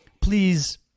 Please